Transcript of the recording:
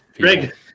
Greg